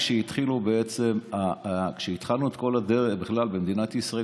כשהתחלנו את כל הדרך בכלל במדינת ישראל,